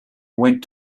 went